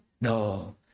No